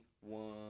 one